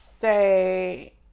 say